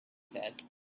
said